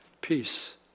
Peace